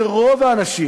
רוב האנשים,